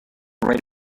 write